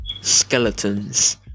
Skeletons